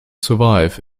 survive